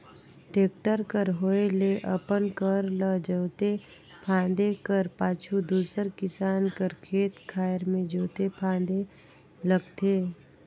tractor कर होए ले अपन कर ल जोते फादे कर पाछू दूसर किसान कर खेत खाएर मे जोते फादे लगथे